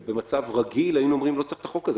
במצב רגיל היינו אומרים שלא צריך את החוק הזה.